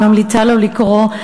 אני ממליצה לו לקרוא,